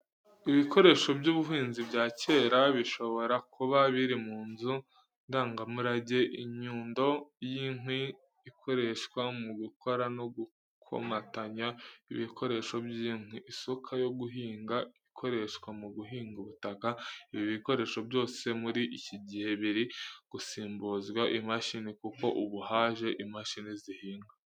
Ibikoresho by’ubuhinzi bya kera, bishobora kuba biri mu nzu ndangamurage. Inyundo y’inkwi ikoreshwa mu gukora no gukomatanya ibikoresho by’inkwi. Isuka yo guhinga ikoreshwa mu guhinga ubutaka. Ibi bikoresho byose muri iki gihe biri gusimbuzwa imashini kuko ubu haje imashini zihinga.